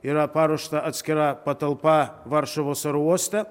yra paruošta atskira patalpa varšuvos oro uoste